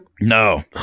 No